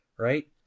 right